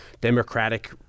democratic